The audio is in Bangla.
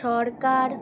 সরকার